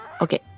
okay